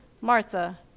Martha